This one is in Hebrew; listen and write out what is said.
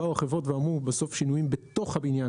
באו החברות ואמרו שלעשות שינויים בתוך הבניין